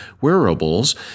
wearables